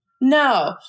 No